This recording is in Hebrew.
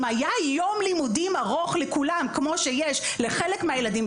אם היה יום לימודים ארוך לכולם כמו שיש לחלק מהילדים,